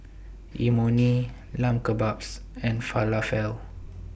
Imoni Lamb Kebabs and Falafel